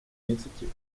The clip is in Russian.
инициативы